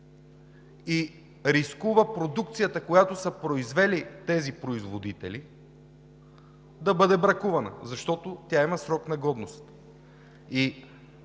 и рискува продукцията, която са произвели тези производители, да бъде бракувана, защото тя има срок на годност.